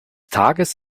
tages